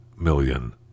million